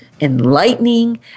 enlightening